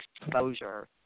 exposure